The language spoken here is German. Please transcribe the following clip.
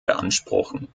beanspruchen